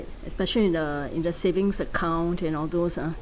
especially in uh in the savings account and all those ah